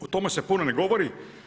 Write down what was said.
O tome se puno ne govori.